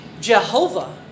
Jehovah